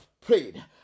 Prayed